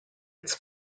its